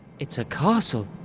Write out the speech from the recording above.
it's a castle!